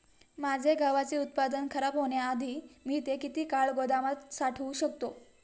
माझे गव्हाचे उत्पादन खराब होण्याआधी मी ते किती काळ गोदामात साठवू शकतो?